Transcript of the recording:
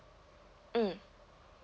mm